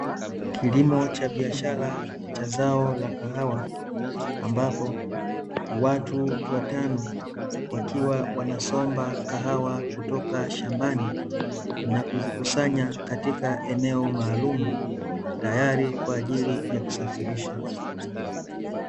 Kilimo cha biashara cha zao la kahawa ambapo, watu watano wakiwa wanasomba kahawa kutoka shambani na kuzikusanya katika eneo maalumu tayari kwaajili ya kusafirisha.